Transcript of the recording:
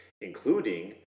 including